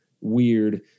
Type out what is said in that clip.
weird